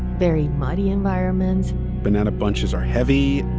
very muddy environments banana bunches are heavy.